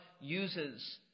uses